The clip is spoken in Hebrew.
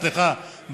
סליחה,